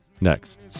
next